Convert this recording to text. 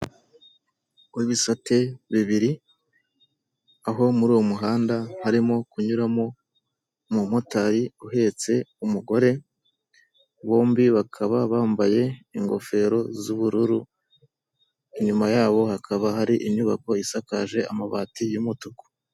Umuhanda w'ibisate bibiri aho muri uwo muhanda harimo kunyuramo umumotari uhetse umugore bombi bakaba bambaye ingofero z'ubururu inyuma yabo hakaba hari inyubako isakaje amabati y'umutuku.